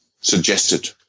suggested